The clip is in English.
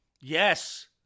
Yes